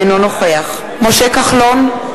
אינו נוכח משה כחלון,